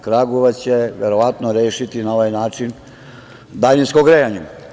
Kragujevac će verovatno rešiti na ovaj način daljinsko grejanje.